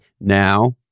Now